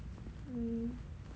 yes